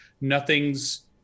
nothing's